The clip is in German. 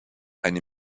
eine